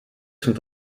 sont